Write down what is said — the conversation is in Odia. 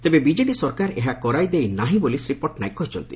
ତେବେ ବିଜେଡି ସରକାର ଏହା କରାଇ ଦେଇନାହିଁ ବୋଲି ଶ୍ରୀ ପଟ୍ଟନାୟକ କହିଛନ୍ତି